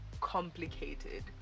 complicated